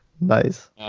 Nice